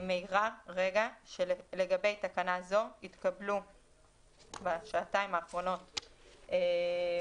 אני מעירה שלגבי תקנה זו התקבלו בשעתיים האחרונות התייחסויות,